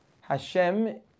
Hashem